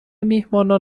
میهمانان